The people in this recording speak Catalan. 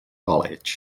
college